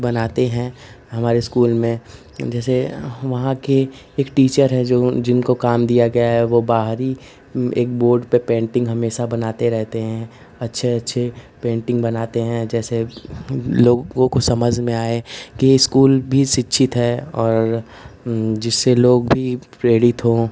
बनाते हैं हमारे स्कूल में जैसे वहाँ के एक टीचर हैं जो जिनको काम दिया गया है वह बाहरी एक बोर्ड पर पेन्टिन्ग हमेशा बनाते रहते हैं अच्छी अच्छी पेन्टिन्ग बनाते हैं जैसे लोगों को समझ में आए कि स्कूल भी शिक्षित है और जिससे लोग भी प्रेरित हों